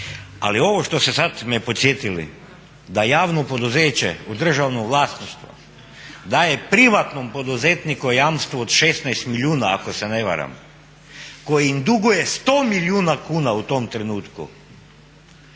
Ali ovo što ste sad me podsjetili, da javno poduzeće u državnom vlasništvu daje privatnom poduzetniku jamstvo od 16 milijuna ako se ne varam koji im duguje 100 milijuna kuna u tom trenutku